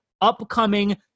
upcoming